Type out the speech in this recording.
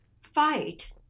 fight